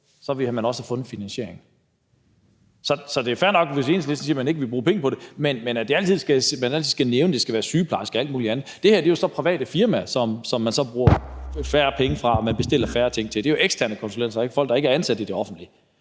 så ville man også have fundet en finansiering. Så det er fair nok, hvis Enhedslisten siger, at man ikke vil bruge penge på det, men det er ikke fair, at man altid skal nævne, at det skal være sygeplejersker og alt muligt andet, det går ud over. Her vil det så være private firmaer, man bruger færre penge fra og bestiller færre ting til; det er jo eksterne konsulenter og ikke folk, der er ansat i det offentlige.